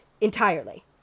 entirely